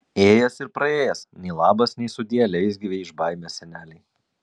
ėjęs ir praėjęs nei labas nei sudie leisgyvei iš baimės senelei